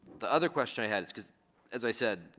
the other question i had is because as i said